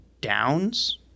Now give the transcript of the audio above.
Downs